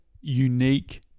unique